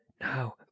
now